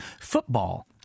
football